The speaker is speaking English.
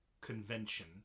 convention